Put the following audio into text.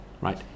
right